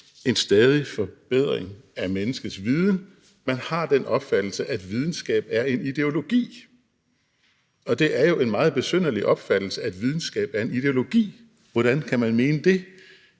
en stadig forbedring af menneskets viden. Man har den opfattelse, at videnskab er en ideologi. Og det er jo en meget besynderlig opfattelse, altså at videnskab er en ideologi – for hvordan kan man mene, at